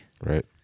Right